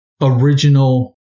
original